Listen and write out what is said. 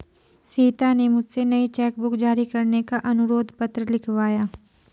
सीता ने मुझसे नई चेक बुक जारी करने का अनुरोध पत्र लिखवाया